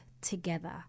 together